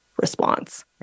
response